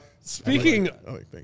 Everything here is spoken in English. speaking